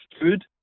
food